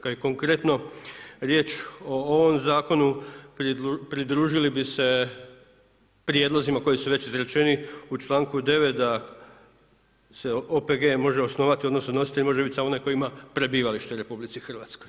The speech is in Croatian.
Kada je konkretno riječ o ovom zakonu pridružili bi se prijedlozima koji su već izrečeni u članku 9. da se OPG može osnovati odnosno nositelj može biti samo onaj tko ima prebivalište u RH.